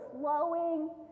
flowing